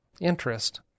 interest